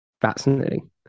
fascinating